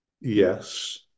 yes